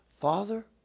Father